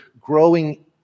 growing